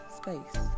space